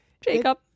Jacob